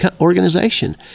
organization